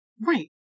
Right